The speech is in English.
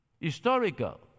historical